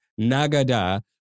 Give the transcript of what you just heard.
nagada